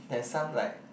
there's some like